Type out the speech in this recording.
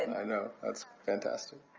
and i know. that's fantastic.